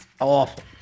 awful